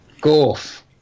Golf